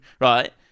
right